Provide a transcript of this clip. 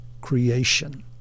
creation